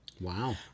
Wow